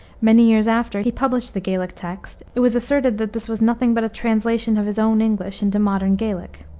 many years after, he published the gaelic text, it was asserted that this was nothing but a translation of his own english into modern gaelic.